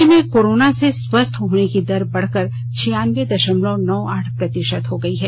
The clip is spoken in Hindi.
राज्य में कोरोना से स्वस्थ होने की दर बढ़कर छियानबे दशमलव नौ आठ प्रतिशत हो गई है